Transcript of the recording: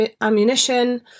ammunition